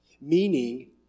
meaning